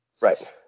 Right